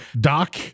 Doc